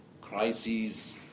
crises